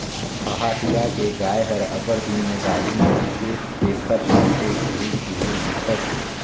पहाटिया के गाय हर अब्बड़ दिन में गाभिन होइसे तेखर चलते छिहिल छिहिल दिखत हे